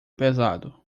pesado